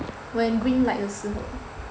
when green light 的时候